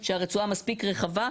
שהרצועה מספיק רחבה.